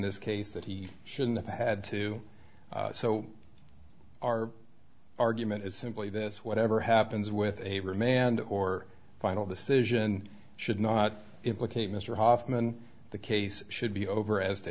this case that he shouldn't have had to so our argument is simply this whatever happens with a remand or a final decision should not implicate mr hoffman the case should be over as to